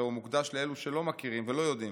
אלא הוא מוקדש לאלו שלא מכירים ולא יודעים.